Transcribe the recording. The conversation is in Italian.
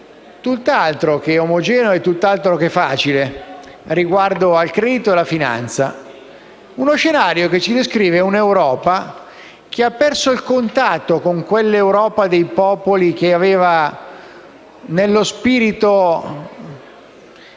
tutt'altro che omogeneo e facile riguardo al credito e alla finanza; uno scenario che descrive un'Europa che ha perso il contatto con quella Europa dei popoli che aveva, nello spirito